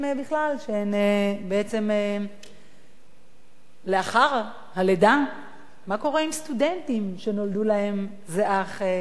שהן בעצם לאחר הלידה מה קורה עם סטודנטים שנולדו להם זה אך ילדים,